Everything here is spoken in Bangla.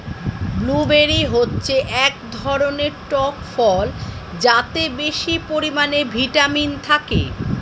ব্লুবেরি হচ্ছে এক ধরনের টক ফল যাতে বেশি পরিমাণে ভিটামিন থাকে